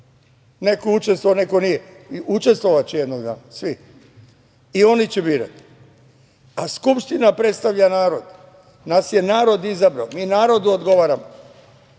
neko učestvovao neko nije i učestvovaće jednog dana svi i oni će birati, a Skupština predstavlja narod. Nas je narod izabrao. Mi narodu odgovaramo,